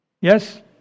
Yes